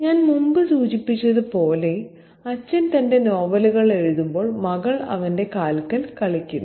ഞാൻ മുമ്പ് സൂചിപ്പിച്ചതുപോലെ അച്ഛൻ തന്റെ നോവലുകൾ എഴുതുമ്പോൾ മകൾ അവന്റെ കാൽക്കൽ കളിക്കുന്നു